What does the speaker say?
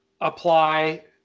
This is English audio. apply